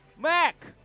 Mac